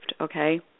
okay